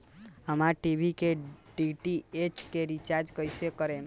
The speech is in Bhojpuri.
हमार टी.वी के डी.टी.एच के रीचार्ज कईसे करेम?